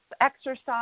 exercise